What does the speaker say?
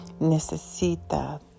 necesita